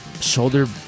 shoulder